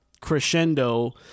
crescendo